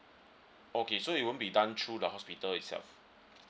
okay so it won't be done through the hospital itself